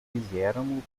fizeram